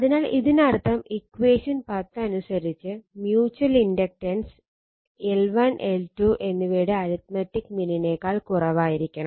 അതിനാൽ ഇതിനർത്ഥം ഇക്വഷൻ 10 അനുസരിച്ച് മ്യൂച്ചൽ ഇൻഡക്റ്റൻസ് L1 L2 എന്നിവയുടെ അരിത്മെറ്റിക് മീനിനേക്കാൾ കുറവായിരിക്കണം